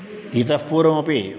इतः पूर्वमपि